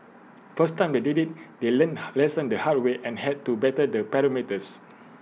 first time they did IT they learnt lessons the hard way and had to better the parameters